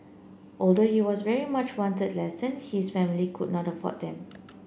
although he was very much wanted lesson his family could not afford them